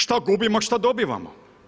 Šta gubimo, šta dobivamo?